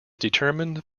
determined